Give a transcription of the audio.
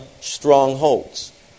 strongholds